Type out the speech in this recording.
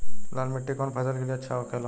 लाल मिट्टी कौन फसल के लिए अच्छा होखे ला?